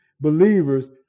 believers